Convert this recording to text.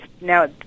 Now